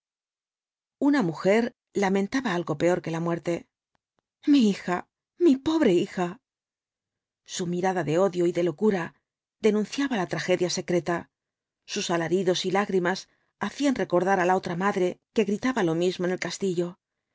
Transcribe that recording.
una mujer lamentaba algo peor que la muerte mi hija mi pobre hija su mirada de odio y de locura denunciaba la tragedia secreta sus alaridos y lágrimas hacían recordar á la otra madre que gritaba lo mismo en el castillo